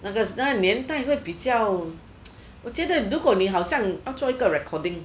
那个年代会比较我觉如果你好像要做一个 recording